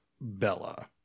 Bella